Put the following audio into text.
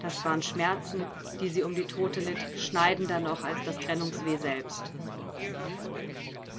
das waren schmerzen die sie um die tote litt schneidender noch als das trennungsweh selbst